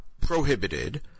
prohibited